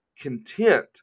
content